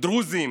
דרוזים,